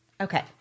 Okay